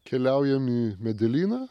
keliaujam į medelyną